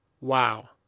Wow